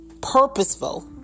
purposeful